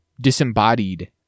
disembodied